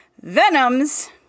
Venoms